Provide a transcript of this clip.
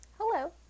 hello